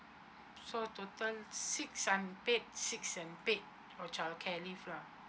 so total six unpaid six are paid for childcare leave lah